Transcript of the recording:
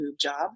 job